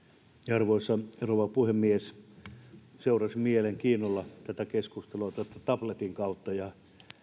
arvoisa rouva puhemies seurasin mielenkiinnolla tätä keskustelua tabletin kautta ja